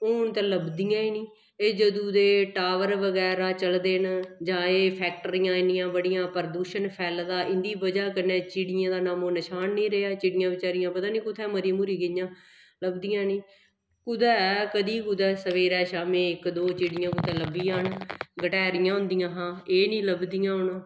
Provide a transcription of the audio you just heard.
हून ते लभदियां गै निं एह् जदूं दे टावर बगैरा चले दे न जां एह् फैक्ट्रियां इन्नियां बड़ियां प्रदूशन फैले दा इं'दी बजह् कन्नै चिड़ियें दा नामो नशान निं रेहा चिड़ियां बचैरियां पता निं कु'त्थें मरी मुरी गेइयां लभदियां गै निं कुदै ऐ कदीं कुदै सवेरैं शाम्मी इक दो चिड़ियां कुतै लब्भी जान गटैरियां होंदियां हां एह् निं लभदियां हून